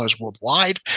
worldwide